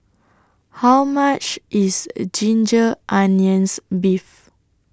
How much IS A Ginger Onions Beef